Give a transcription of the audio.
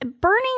Burning